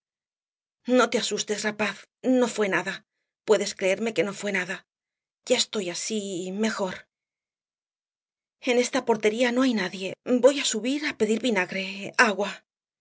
no te asustes rapaz no fué nada puedes creerme que no fué nada ya estoy así mejor en esta portería no hay nadie voy á subir á pedir vinagre agua